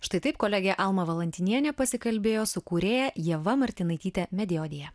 štai taip kolegė alma valantinienė pasikalbėjo su kūrėja ieva martinaityte mediodja